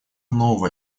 нового